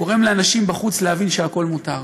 גורם לאנשים בחוץ להבין שהכול מותר.